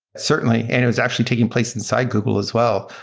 certainly, and it was actually taking place inside google as well.